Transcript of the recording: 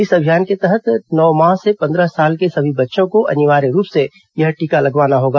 इस अभियान के तहत नौ माह से पन्द्रह साल के सभी बच्चों को अनिवार्य रूप से यह टीका लगवाना होगा